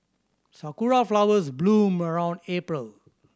sakura flowers bloom around April